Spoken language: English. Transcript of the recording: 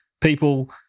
people